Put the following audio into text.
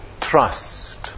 trust